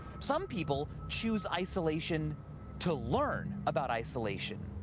some people choose isolation to learn about isolation.